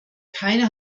keine